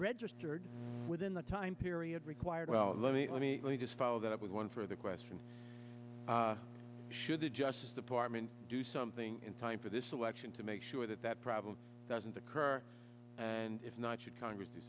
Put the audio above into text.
registered within the time period required well let me let me just follow that up with one further question should the justice department do something in time for this election to make sure that that problem doesn't occur and if not should congress do